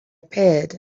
appeared